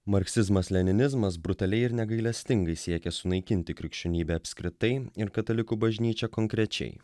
marksizmas leninizmas brutaliai ir negailestingai siekė sunaikinti krikščionybę apskritai ir katalikų bažnyčią konkrečiai